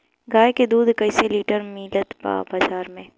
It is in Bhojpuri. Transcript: गाय के दूध कइसे लीटर कीमत बा बाज़ार मे?